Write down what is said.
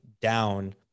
down